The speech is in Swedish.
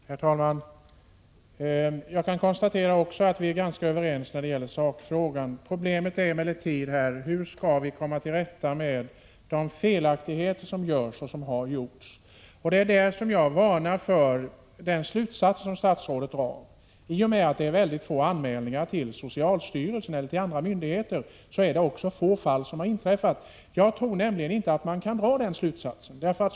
Herr talman! Även jag kan konstatera att vi är ganska överens när det gäller sakfrågan. Problemet är emellertid hur vi skall komma till rätta med de felaktigheter som görs, och har gjorts. Det är på den punkten jag varnar för den slutsats som statsrådet drar av att det är väldigt få fall anmälda till socialstyrelsen och andra myndigheter. Jag tror nämligen inte att man därav kan dra slutsatsen att det också är få fall som har inträffat.